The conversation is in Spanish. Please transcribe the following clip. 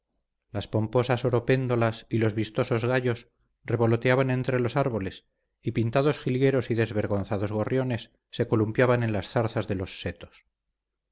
las pomposas oropéndolas y los vistosos gayos revoloteaban entre los árboles y pintados jilgueros y desvergonzados gorriones se columpiaban en las zarzas de los setos